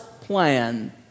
plan